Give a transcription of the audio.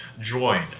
join